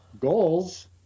goals